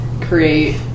create